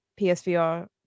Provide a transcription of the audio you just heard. PSVR